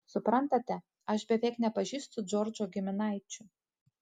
suprantate aš beveik nepažįstu džordžo giminaičių